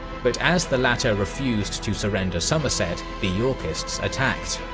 but as the latter refused to surrender somerset, the yorkists attacked.